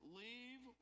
leave